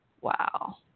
wow